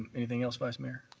anything else, vice mayor?